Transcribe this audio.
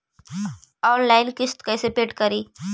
Online किस्त कैसे paid करि?